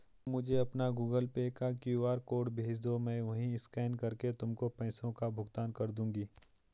तुम मुझे अपना गूगल पे का क्यू.आर कोड भेजदो, मैं वहीं स्कैन करके तुमको पैसों का भुगतान कर दूंगी